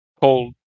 cold